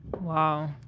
Wow